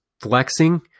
flexing